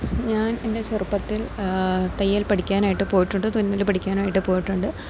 ഞാൻ എൻ്റെ ചെറുപ്പത്തിൽ തയ്യൽ പഠിക്കാനായിട്ട് പോയിട്ടുണ്ട് തുന്നൽ പഠിക്കാനായിട്ട് പോയിട്ടുണ്ട്